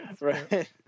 right